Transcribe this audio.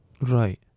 Right